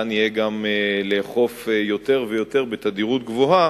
יהיה אפשר גם לאכוף יותר ויותר, בתדירות גבוהה.